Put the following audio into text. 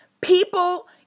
People